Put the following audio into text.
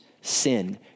sin